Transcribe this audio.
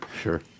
Sure